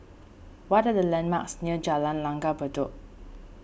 what are the landmarks near Jalan Langgar Bedok